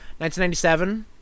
1997